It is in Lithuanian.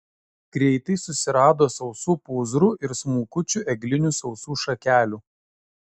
greitai susirado sausų pūzrų ir smulkučių eglinių sausų šakelių